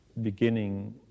beginning